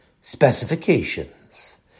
specifications